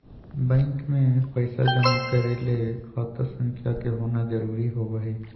bank मे पैसा जमा करय ले खाता संख्या के होना जरुरी होबय हई